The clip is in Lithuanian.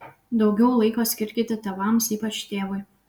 daugiau laiko skirkite tėvams ypač tėvui